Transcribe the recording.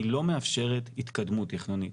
היא לא מאפשרת התקדמות תכנונית.